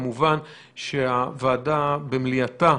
כמובן שהוועדה, במליאתה,